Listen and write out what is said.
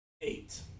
Eight